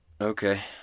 Okay